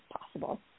possible